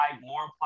more